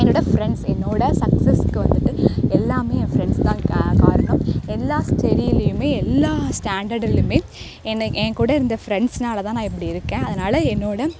என்னோடய ஃப்ரெண்ட்ஸ் என்னோடய சக்ஸஸ்க்கு வந்துட்டு எல்லாமே என் ஃப்ரெண்ட்ஸ் தான் காரணம் எல்லாம் ஸ்டடியிலியுமே எல்லா ஸ்டாண்டர்டுலியுமே என்ன என் கூட இருந்த ஃப்ரெண்ட்ஸ்னால தான் நான் இப்படி இருக்கேன் அதனால என்னோடய